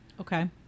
Okay